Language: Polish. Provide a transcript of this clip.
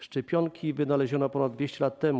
Szczepionki wynaleziono ponad 200 lat temu.